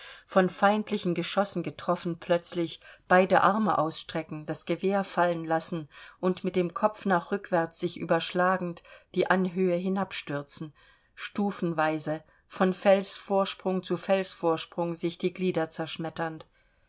von feindlichen geschossen getroffen plötzlich beide arme ausstrecken das gewehr fallen lassen und mit dem kopf nach rückwärts sich überschlagend die anhöhe hinabstürzen stufenweise von felsvorsprung zu felsvorsprung sich die glieder zerschmetternd